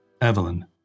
Evelyn